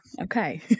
okay